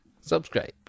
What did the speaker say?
subscribe